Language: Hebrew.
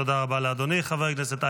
תודה לחבר הכנסת טאהא.